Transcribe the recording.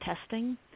testing